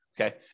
Okay